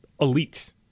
elite